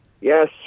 Yes